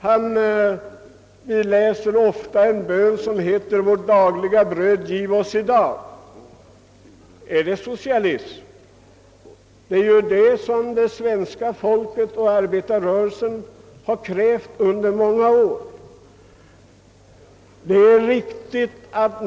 Det finns en ofta läst bön som lyder: » Vårt dagliga bröd giv oss i dag.» är det socialism? Det är ju vad arbetarrörelsen har krävt under många år.